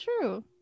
true